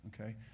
okay